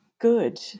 good